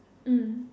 mm